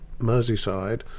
Merseyside